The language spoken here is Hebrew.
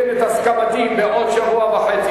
אתן את הסכמתי בעוד שבוע וחצי,